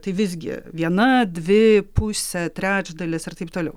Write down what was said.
tai visgi viena dvi pusė trečdalis ir taip toliau